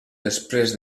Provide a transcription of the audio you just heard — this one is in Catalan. després